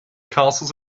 castles